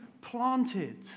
planted